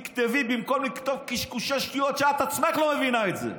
במקום לכתוב קשקושי שטויות שאת עצמך לא מבינה את זה,